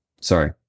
sorry